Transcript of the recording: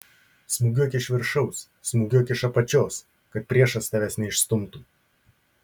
smūgiuok iš viršaus smūgiuok iš apačios kad priešas tavęs neišstumtų